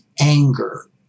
anger